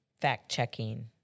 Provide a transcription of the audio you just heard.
fact-checking